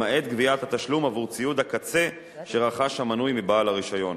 למעט גביית התשלום עבור ציוד הקצה שרכש המנוי מבעל הרשיון.